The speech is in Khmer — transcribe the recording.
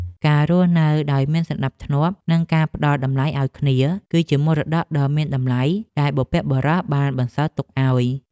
ការរស់នៅដោយមានសណ្ដាប់ធ្នាប់និងការផ្ដល់តម្លៃឱ្យគ្នា គឺជាមរតកដ៏មានតម្លៃដែលបុព្វបុរសបានបន្សល់ទុកឱ្យ។